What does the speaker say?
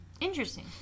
Interesting